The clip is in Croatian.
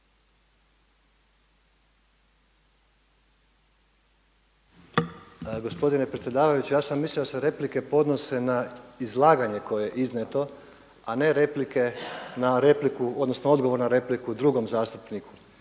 Gospodine predsjedavajući ja sam mislio da se replike podnose na izlaganje koje je iznijeto, a ne replike na repliku odnosno